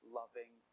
loving